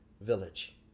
village